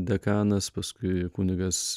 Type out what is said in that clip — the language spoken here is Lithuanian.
dekanas paskui kunigas